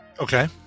Okay